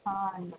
అండి